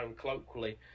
colloquially